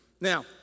Now